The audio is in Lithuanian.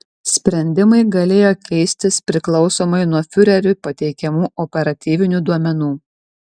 sprendimai galėjo keistis priklausomai nuo fiureriui pateikiamų operatyvinių duomenų